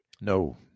No